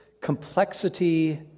complexity